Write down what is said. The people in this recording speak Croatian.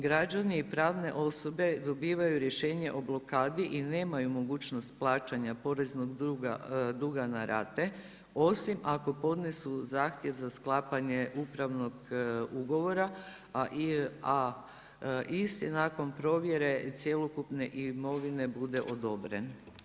Građani i pravne osobe dobivaju rješenje o blokadi i nemaju mogućnost plaćanja poreznog duga na rate osim ako podnesu zahtjev za sklapanje upravnog ugovora a isti nakon provjere cjelokupne imovine bude odobren.